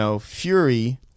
Fury